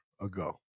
ago